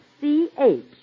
C-H